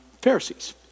Pharisees